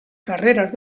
carreras